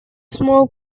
smoke